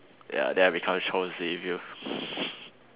ya then I become Charles Xavier